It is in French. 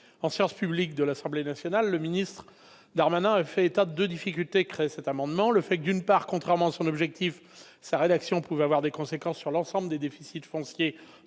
En séance publique, devant l'Assemblée nationale, le ministre Gérald Darmanin a fait état de deux difficultés à propos de cet amendement : d'une part, contrairement à son objectif, sa rédaction pouvait avoir des conséquences sur l'ensemble des déficits fonciers